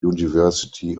university